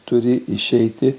turi išeiti